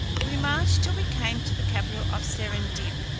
we marched till we came to the capital of serendib,